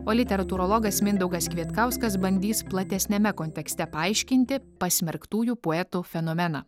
o literatūrologas mindaugas kvietkauskas bandys platesniame kontekste paaiškinti pasmerktųjų poetų fenomeną